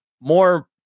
more